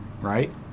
right